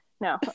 No